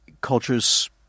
cultures